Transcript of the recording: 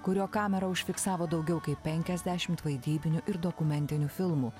kurio kamera užfiksavo daugiau kaip penkiasdešimt vaidybinių ir dokumentinių filmų